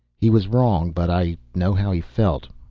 he was wrong but i know how he felt.